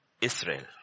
Israel